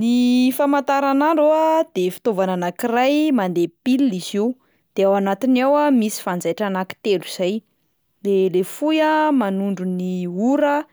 Ny famataranandro a de fitaovana anankiray mandeha pile izy io, de ao anatiny ao misy fanjaitra anankitelo zay, de le fohy a manondro ny ora